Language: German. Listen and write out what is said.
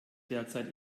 derzeit